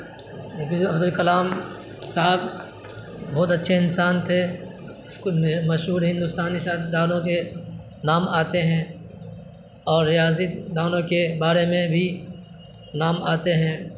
اے P J ے عبدالکلام صاحب بہت اچھے انسان تھے اس کو مشہور ہندوستانی سائنسدانوں کے نام آتے ہیں اور ریاضی دانوں کے بارے میں بھی نام آتے ہیں